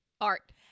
Art